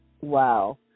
Wow